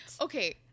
Okay